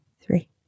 three